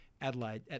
Adelaide